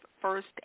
first